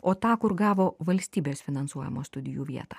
o tą kur gavo valstybės finansuojamą studijų vietą